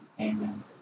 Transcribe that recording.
Amen